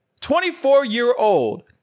24-year-old